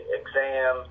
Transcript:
exam